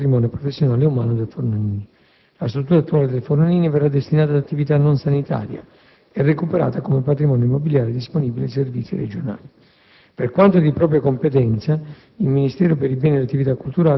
di attività assistenziale e garantirà comunque la salvaguardia del patrimonio professionale e umano del Forlanini. La struttura attuale del Forlanini verrà destinata ad attività non sanitaria e recuperata come patrimonio immobiliare disponibile per i servizi regionali.